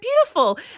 beautiful